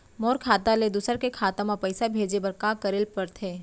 मोर खाता ले दूसर के खाता म पइसा भेजे बर का करेल पढ़थे?